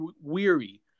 weary